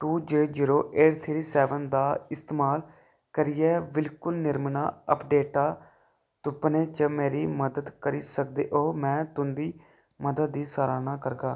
to zero zero eight three seven दा इस्तेमाल करियै बिलकुल निर्मणा अपडेटां तुप्पने च मेरी मदद करी सकदे ओ में तुं'दी मदद दी सराहना करगा